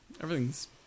Everything's